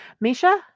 Misha